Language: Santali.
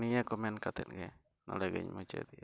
ᱱᱤᱭᱟᱹ ᱠᱚ ᱢᱮᱱ ᱠᱟᱛᱮᱫ ᱜᱮ ᱱᱚᱰᱮ ᱜᱮᱧ ᱢᱩᱪᱟᱹᱫᱮᱜᱼᱟ